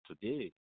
today